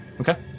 okay